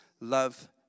love